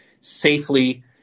safely